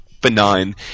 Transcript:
benign